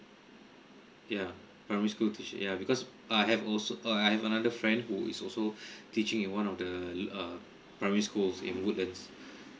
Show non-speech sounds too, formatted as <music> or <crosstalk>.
yeah primary school teach~ yeah because I have also uh I have another friend who is also <breath> teaching in one of the uh primary schools in woodlands